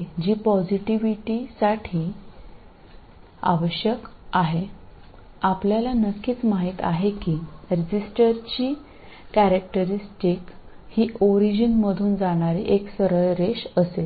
resistor സ്വഭാവം ഇതുപോലെയായിരിക്കുമെന്ന് തീർച്ചയായും നമുക്കറിയാം അത് ഒറിജിനിലൂടെ കടന്നുപോകുന്ന ഒരു നേർരേഖയായിരിക്കുമെന്നും അതിന്